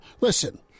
listen